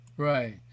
Right